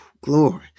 glory